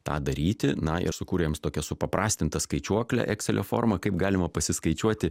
tą daryti na ir sukūrėm tokia supaprastinta skaičiuoklę ekselio formą kaip galima pasiskaičiuoti